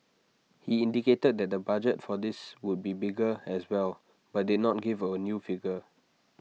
he indicated that the budget for this would be bigger as well but did not give A new figure